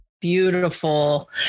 beautiful